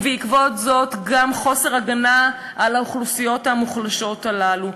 ובעקבות זאת גם חוסר הגנה על האוכלוסיות המוחלשות הללו.